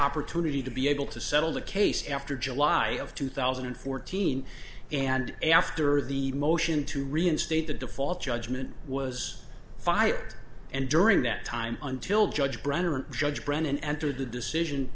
opportunity to be able to settle the case after july of two thousand and fourteen and after the motion to reinstate the default judgment was fired and during that time until judge brown or judge brennan entered the decision